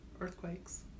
Earthquakes